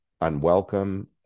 unwelcome